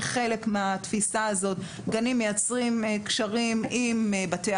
כחלק מהתפיסה הזאת גנים מייצרים קשרים עם בתי